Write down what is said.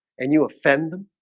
and you offend them?